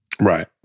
Right